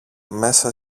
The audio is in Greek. μέσα